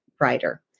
writer